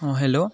অঁ হেল্ল'